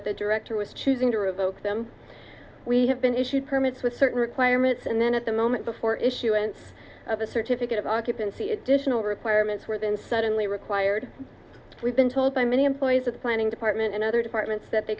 that the director was choosing to revoke them we have been issued permits with certain requirements and then at the moment before issuance of a certificate of occupancy additional requirements were then suddenly required we've been told by many employees of the planning department and other departments that they